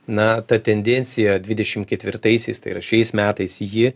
na ta tendencija dvidešimt ketvirtaisiais tai yra šiais metais ji